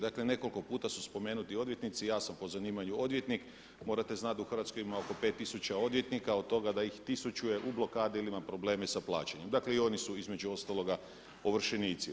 Dakle nekoliko puta su spomenuti odvjetnici i ja sam po zanimanju odvjetnik, morate znati da u Hrvatskoj ima oko pet tisuća odvjetnika od toga da ih tisuću u blokadi ili ima probleme sa plaćanjem, dakle i oni su između ostaloga ovršenici.